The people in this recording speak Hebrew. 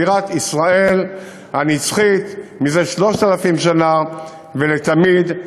בירת ישראל הנצחית זה 3,000 שנה ולתמיד,